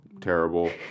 terrible